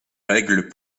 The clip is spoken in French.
règles